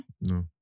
No